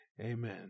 Amen